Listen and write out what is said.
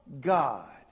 God